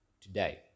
Today